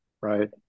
right